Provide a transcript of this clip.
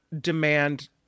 demand